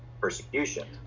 persecution